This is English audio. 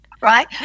right